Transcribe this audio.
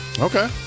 Okay